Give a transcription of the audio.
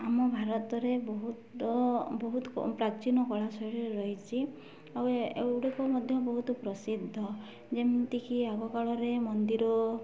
ଆମ ଭାରତରେ ବହୁତ ବହୁତ ପ୍ରାଚୀନ କଳା ଶୈଳୀ ରହିଛି ଆଉ ଏଗୁଡ଼ିକ ମଧ୍ୟ ବହୁତ ପ୍ରସିଦ୍ଧ ଯେମିତିକି ଆଗକାଳରେ ମନ୍ଦିର